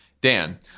Dan